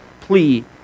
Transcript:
plea